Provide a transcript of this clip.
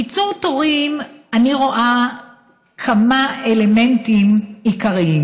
קיצור תורים, אני רואה כמה אלמנטים עיקריים: